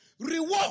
Reward